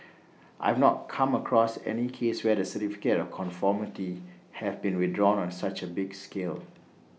I have not come across any case where the certificate of conformity have been withdrawn on such A big scale